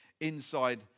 inside